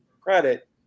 credit